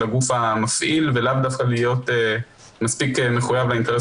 הגוף מהמפעיל ולאו דווקא להיות מספיק מחויב לאינטרס